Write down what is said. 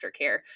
aftercare